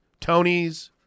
Tonys